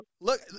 Look